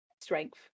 strength